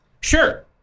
Sure